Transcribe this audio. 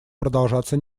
продолжаться